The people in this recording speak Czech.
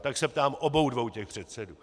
Tak se ptám obou dvou těch předsedů.